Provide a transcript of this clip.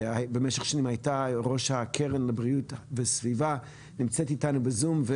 שבמשך שנים הייתה ראש הקרן לבריאות הסביבה נמצאת איתנו בזום.